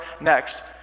next